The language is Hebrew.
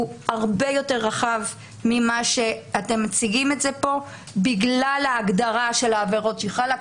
הרבה יותר רחב ממה שאתם מציגים פה בגלל ההגדרה של העבירות שחלה,